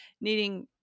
needing